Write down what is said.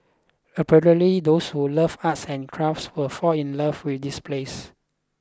apparently those who love arts and crafts will fall in love with this place